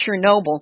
Chernobyl